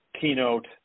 keynote